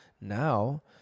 Now